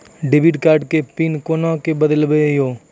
Debit card के pin कोना के बदलबै यो?